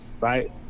right